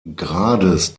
grades